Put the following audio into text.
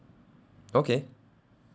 okay